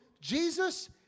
Jesus